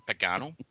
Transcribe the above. Pagano